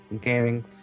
gaming